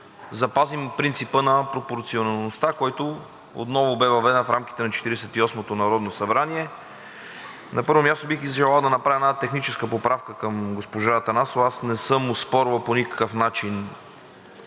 запазим принципа на пропорционалността, който отново бе въведен в рамките на Четиридесет и осмото народно събрание. Най-напред бих желал да направя една техническа поправка към госпожа Атанасова. Аз не съм оспорвал по никакъв начин